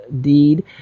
deed